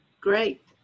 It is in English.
great